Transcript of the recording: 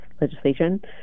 legislation